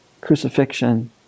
crucifixion